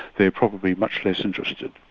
they're probably much less interested.